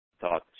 thoughts